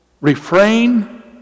Refrain